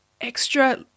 extra